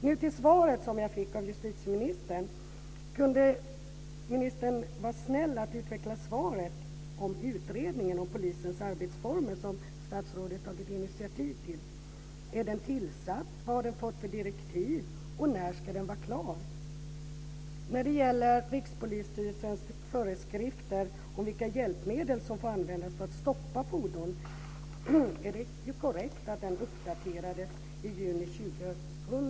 Nu till svaret som jag fick av justitieministern. Kan ministern vara snäll att utveckla svaret om utredningen av polisens arbetsformer, som statsrådet tagit initiativ till? Är den tillsatt? Vad har den fått för direktiv? När ska den vara klar? När det gäller Rikspolisstyrelsens föreskrifter om vilka hjälpmedel som får användas för att stoppa fordon är det korrekt att dessa uppdaterades i juni 2000.